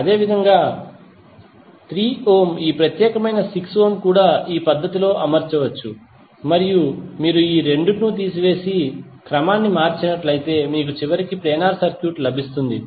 అదేవిధంగా 3 ఓం ఈ ప్రత్యేకమైన 6 ఓం కూడా ఈ పద్ధతిలో అమర్చవచ్చు మరియు మీరు ఈ 2 ను తీసివేసి క్రమాన్ని మార్చినట్లయితే మీకు చివరికి ప్లేనార్ సర్క్యూట్ లభిస్తుంది